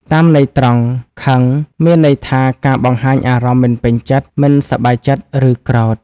តាមន័យត្រង់ "ខឹង" មានន័យថា ការបង្ហាញអារម្មណ៍មិនពេញចិត្ត មិនសប្បាយចិត្ត ឬក្រោធ។